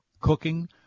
cooking